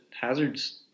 Hazard's